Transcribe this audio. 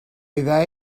idea